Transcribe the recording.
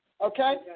Okay